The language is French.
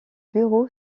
bureau